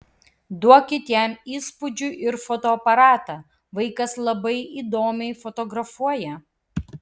duokit jam įspūdžių ir fotoaparatą vaikas labai įdomiai fotografuoja